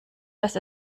dass